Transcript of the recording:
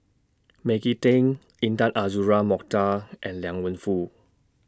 Maggie Teng Intan Azura Mokhtar and Liang Wenfu